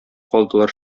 калдылар